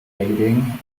aiding